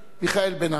מיכאל בן-ארי,